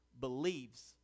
believes